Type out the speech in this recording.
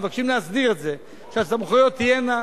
ומבקשים להסדיר את זה שהסמכויות תהיינה,